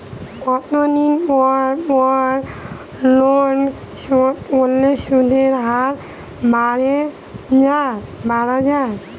কতদিন পর লোন শোধ করলে সুদের হার বাড়ে য়ায়?